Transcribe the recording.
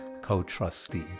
co-trustees